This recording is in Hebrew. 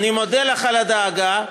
אני מודה לך על הדאגה.